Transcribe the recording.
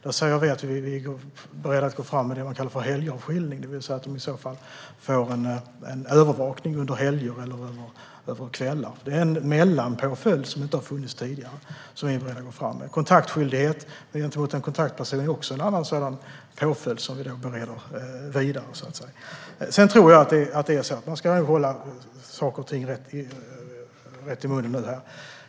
Vi säger att vi är beredda att gå fram med det man kallar för helgavskiljning, det vill säga att man får en övervakning under helger och på kvällar. Det är en mellanpåföljd som inte har funnits tidigare. Kontaktskyldighet gentemot en kontaktperson är en annan sådan påföljd som vi vidare planerar. Man ska hålla tungan rätt i mun när det gäller saker och ting.